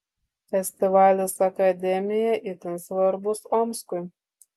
festivalis akademija itin svarbus omskui